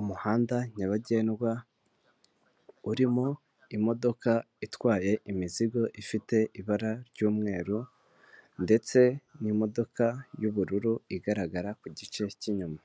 Umuhanda nyabagendwa urimo imodoka itwaye imizigo ifite ibara ry'umweru ndetse n'imodoka y'ubururu igaragara ku gice cy'inyuma,